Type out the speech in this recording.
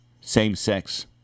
same-sex